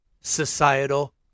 societal